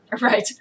Right